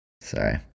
Sorry